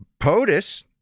POTUS